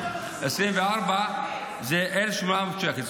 ב-2024 1,800 שקל.